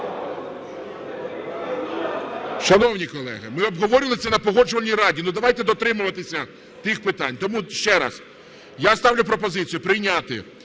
Шановні колеги, ми обговорювали це на Погоджувальній раді, ну давайте дотримуватися тих питань. Тому ще раз я ставлю пропозицію: прийняти